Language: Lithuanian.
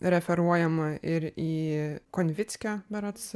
referuojama ir į konvickio berods